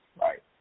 right